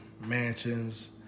mansions